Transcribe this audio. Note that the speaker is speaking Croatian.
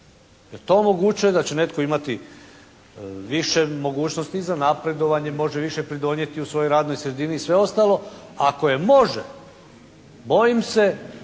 da to omogućuje da će netko imati više mogućnosti za napredovanje, može više pridonijeti u svojoj radnoj sredini i sve ostalo. Ako je može bojim se